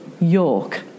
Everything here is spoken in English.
York